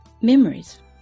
memories